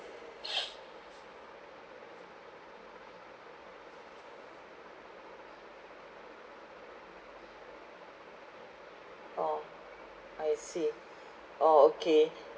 orh I see orh okay